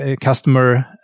customer